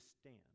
stand